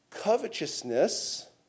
Covetousness